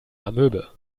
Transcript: amöbe